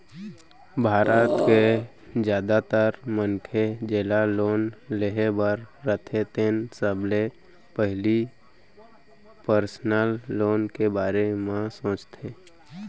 भारत के जादातर मनखे जेला लोन लेहे बर रथे तेन सबले पहिली पर्सनल लोन के बारे म सोचथे